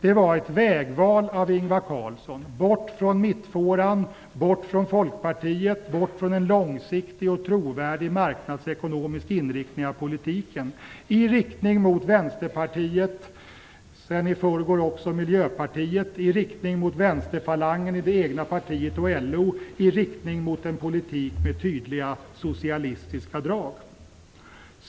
Det var ett vägval av Ingvar Carlsson, bort från mittfåran, bort från Folkpartiet och bort från en långsiktig och trovärdig marknadsekonomisk inriktning av politiken i riktning mot Vänsterpartiet, och sedan i förrgår också mot Miljöpartiet, i riktning mot vänsterfalangen i det egna partiet och LO och i riktning mot en politik med tydliga socialistiska drag.